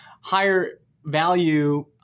higher-value